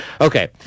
Okay